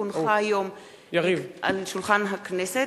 כי הונחה היום על שולחן הכנסת,